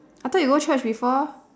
I thought you go church before